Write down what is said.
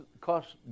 cost